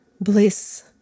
bliss